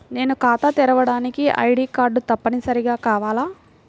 నేను ఖాతా తెరవడానికి ఐ.డీ కార్డు తప్పనిసారిగా కావాలా?